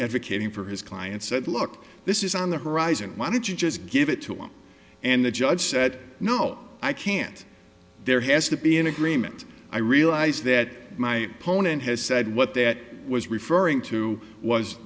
advocating for his client said look this is on the horizon why don't you just give it to him and the judge said no i can't there has to be an agreement i realize that my opponent has said what that was referring to was